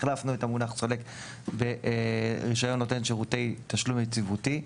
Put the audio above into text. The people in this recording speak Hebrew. החלפנו את המונח סולק ברישיון נותן תשלום יציבותי.